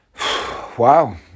wow